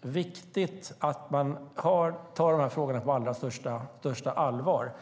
viktigt att man tar dessa frågor på allra största allvar.